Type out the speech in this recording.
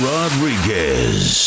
Rodriguez